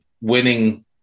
winning